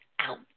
Out